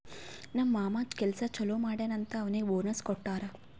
ನಮ್ ಮಾಮಾ ಕೆಲ್ಸಾ ಛಲೋ ಮಾಡ್ಯಾನ್ ಅಂತ್ ಅವ್ನಿಗ್ ಬೋನಸ್ ಕೊಟ್ಟಾರ್